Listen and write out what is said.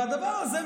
והדבר הזה,